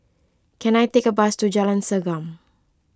can I take a bus to Jalan Segam